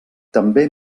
també